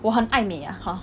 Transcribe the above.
我很爱美 lah hor